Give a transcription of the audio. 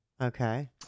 Okay